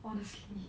honestly